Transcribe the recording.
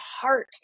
heart